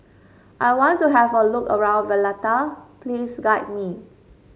I want to have a look around Valletta please guide me